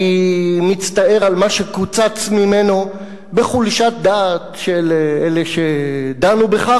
אני מצטער על מה שקוצץ ממנו בחולשת דעת של אלה שדנו בכך,